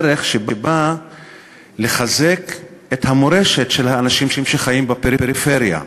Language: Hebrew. ערך שבא לחזק את המורשת של האנשים שחיים בפריפריה.